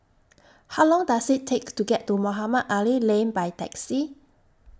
How Long Does IT Take to get to Mohamed Ali Lane By Taxi